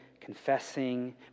confessing